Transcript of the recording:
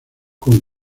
con